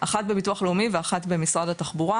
אחת בביטוח לאומי ואחת במשרד התחבורה.